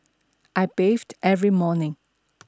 I bathe every morning